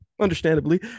understandably